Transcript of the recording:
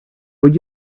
would